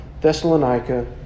Thessalonica